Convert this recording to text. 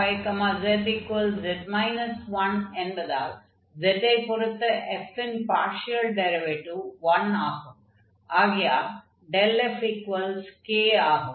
fxyzz 1 என்பதால் z ஐ பொறுத்த f ன் பார்ஷியல் டிரைவேடிவ் 1 ஆகும் ஆகையால் ∇fk ஆகும்